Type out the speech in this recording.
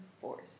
force